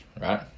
right